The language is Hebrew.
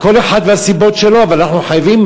כל אחד והסיבות שלו אבל אנחנו חייבים